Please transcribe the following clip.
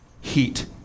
Heat